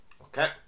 okay